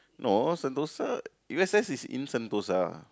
no Sentosa U_S_S is in Sentosa